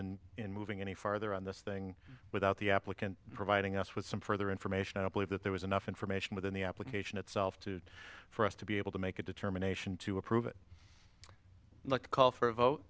interested in moving any farther on this thing without the applicant providing us with some further information i believe that there was enough information within the application itself to for us to be able to make a determination to approve it and call for a vote